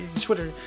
Twitter